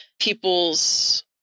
people's